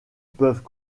peuvent